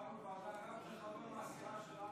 גם כשחבר מהסיעה שלנו,